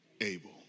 able